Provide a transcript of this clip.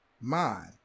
mind